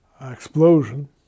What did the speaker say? explosion